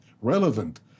relevant